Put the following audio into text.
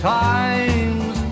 times